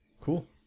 cool